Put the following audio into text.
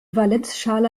valenzschale